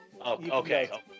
Okay